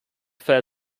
fair